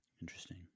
interesting